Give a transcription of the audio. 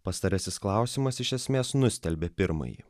pastarasis klausimas iš esmės nustelbė pirmąjį